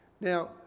Now